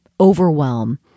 overwhelm